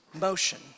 motion